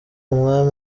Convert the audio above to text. umwami